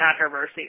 controversy